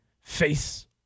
face